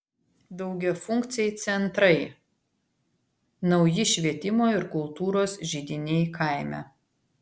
daugiafunkciai centrai nauji švietimo ir kultūros židiniai kaime